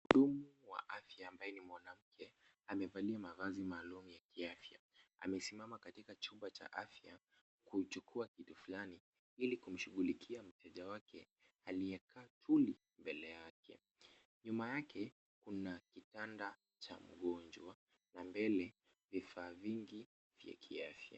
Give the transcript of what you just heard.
Mhudumu wa afya ambaye ni mwanamke amevalia mavazi maalum ya kiafya. Amesimama katika chumba cha afya kuchukuwa kitu fulani ili kumshughulikia mteja wake aliyekaa chini mbele yake. Nyuma yake kuna kitanda cha mgonjwa na mbele vifaa vingi vya kiafya.